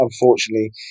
Unfortunately